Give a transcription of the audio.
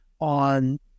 on